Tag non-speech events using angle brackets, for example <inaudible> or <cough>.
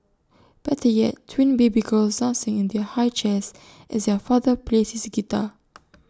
better yet twin baby girls dancing in their high chairs as their father plays his guitar <noise>